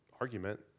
argument